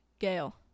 Gail